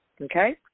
Okay